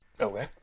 Okay